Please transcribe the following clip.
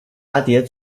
蛱蝶